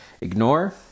ignore